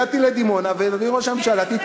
הגעתי לדימונה, ואדוני, ראש הממשלה, את נושא כי"ל?